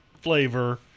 flavor